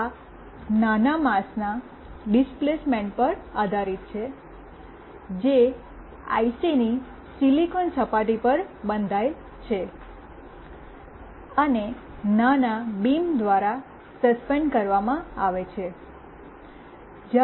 અને આ નાના માસના ડિસ્પ્લેસમેન્ટ પર આધારિત છે જે આઇસીની સિલિકોન સપાટી પર બંધાયેલ છે અને નાના બીમ દ્વારા સસ્પેન્ડ કરવામાં આવે છે